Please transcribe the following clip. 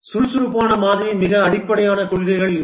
சுறுசுறுப்பான மாதிரியின் மிக அடிப்படையான கொள்கைகள் இவை